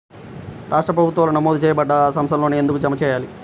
రాష్ట్ర ప్రభుత్వాలు నమోదు చేయబడ్డ సంస్థలలోనే ఎందుకు జమ చెయ్యాలి?